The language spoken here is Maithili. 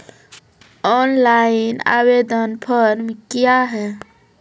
ऑनलाइन आवेदन फॉर्म क्या हैं?